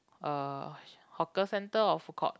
uh hawker centre or food court